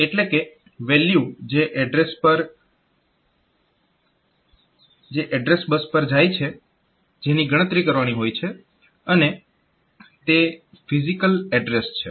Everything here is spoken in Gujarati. એટલે કે વેલ્યુ જે એડ્રેસ બસ પર જાય છે જેની ગણતરી કરવાની હોય છે અને તે ફીઝીકલ એડ્રેસ છે